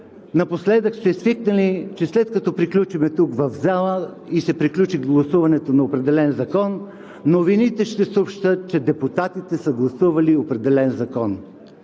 напоследък сте свикнали, че след като приключим тук, в залата, и се приключи гласуването на даден закон, новините ще съобщят, че депутатите са гласували определен закон.